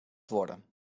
worden